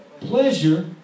pleasure